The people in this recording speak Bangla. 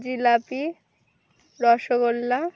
জিলাপি রসগোল্লা